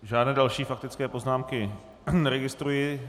Žádné další faktické poznámky neregistruji.